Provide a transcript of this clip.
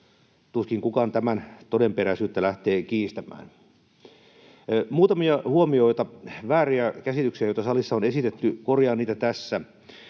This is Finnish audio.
Tuskin kukaan tämän todenperäisyyttä lähtee kiistämään. Muutamia huomioita, vääriä käsityksiä, joita salissa on esitetty, korjaan niitä tässä.